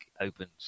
opens